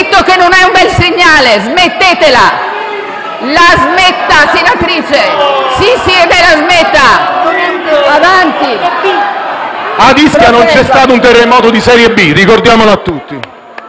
Ad Ischia non c'è stato un terremoto di serie B, ricordiamolo a tutti.